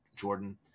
Jordan